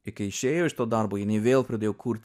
ir kai išėjo iš to darbo jinai vėl pradėjo kurt